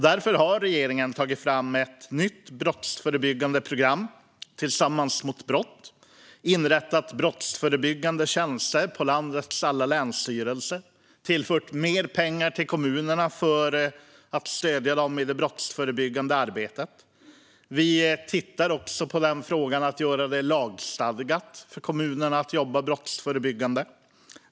Därför har regeringen tagit fram ett nytt brottsförebyggande program, Tillsammans mot brott , inrättat brottsförebyggande tjänster på landets alla länsstyrelser och tillfört mer pengar till kommunerna för att stödja dem i det brottsförebyggande arbetet. Vi tittar också på frågan om att göra det lagstadgat för kommunerna att jobba brottsförebyggande.